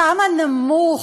כמה נמוך.